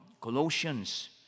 Colossians